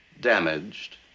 Damaged